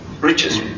riches